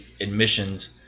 admissions